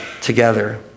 together